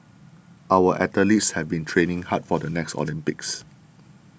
our athletes have been training hard for the next Olympics